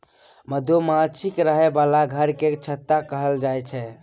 मधुमाछीक रहय बला घर केँ छत्ता कहल जाई छै